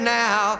now